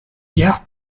gare